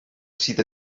sydd